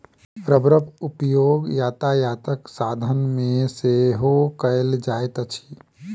रबड़क उपयोग यातायातक साधन मे सेहो कयल जाइत अछि